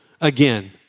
again